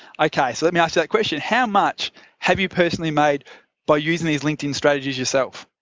okay, so let me ask that question, how much have you personally made by using these linkedin strategies yourself?